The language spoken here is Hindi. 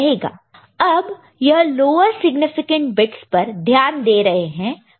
अब यह लोअर सिग्निफिकेंट बिट्स पर ध्यान दे रहे हैं कंपैरिजन के लिए